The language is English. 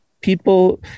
people